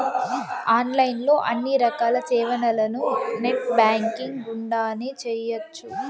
online లో అన్ని రకాల సేవలను నెట్ బ్యాంకింగ్ గుండానే చేయ్యొచ్చు